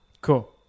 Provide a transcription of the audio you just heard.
Cool